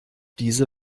diese